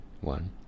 one